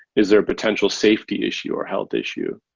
is there potential safety issue or health issue?